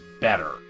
better